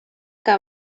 que